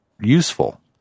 useful